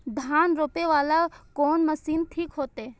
धान रोपे वाला कोन मशीन ठीक होते?